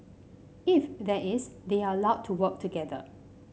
if that is they are allowed to work together